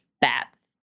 bats